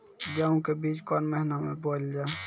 गेहूँ के बीच कोन महीन मे बोएल जाए?